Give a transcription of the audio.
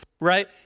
right